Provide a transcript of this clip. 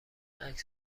عکس